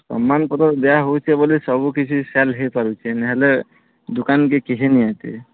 ସମ୍ମାନ୍ ପତର୍ ଦିଆହଉଚେ ବୋଲି ସବୁ କିଛି ସେଲ୍ ହେଇପାରୁଛେ ନାଇଁହେଲେ ଦୁକାନ୍କେ କିହେ ନି ଆଏତେ